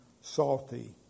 salty